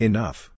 Enough